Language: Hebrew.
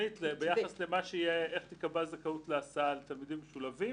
תוכנית ביחס לאיך תקבע זכאות להסעה לתלמידים משולבים